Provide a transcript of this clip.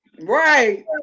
right